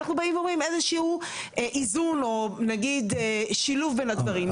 אנחנו עושים איזה שהוא איזון, שילוב בין הדברים.